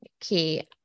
key